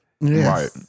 Right